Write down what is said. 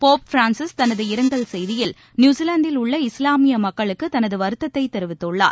Pope Francis தனது இரங்கல் செய்தியில் நியூசிலாந்தில் உள்ள இஸ்லாமிய மக்களுக்கு தனது வருத்தத்தை தெரிவித்துள்ளார்